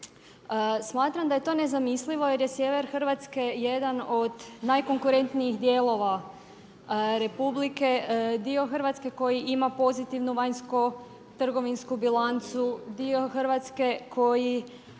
Smatram da je to nezamislivo jer je sjever Hrvatske jedan od najkonkurentnijih dijelova Republike, dio Hrvatske koji ima pozitivnu vanjsko-trgovinsku bilancu, dio Hrvatske koji